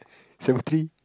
seven three